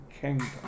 kingdom